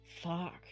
Fuck